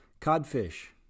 codfish